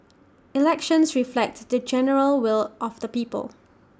elections reflect the general will of the people